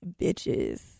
bitches